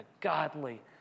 godly